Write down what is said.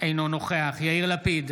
אינו נוכח יאיר לפיד,